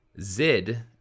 Zid